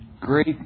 Great